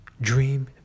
dream